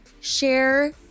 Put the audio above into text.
share